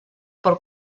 por